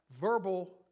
verbal